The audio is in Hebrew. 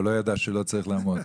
הוא לא ידע שלא צריך לעמוד,